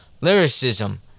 Lyricism